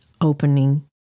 opening